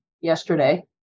yesterday